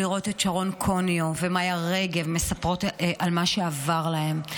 למראה שרון קוניו ומיה רגב מספרות על מה שעבר עליהן,